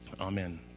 Amen